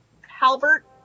halbert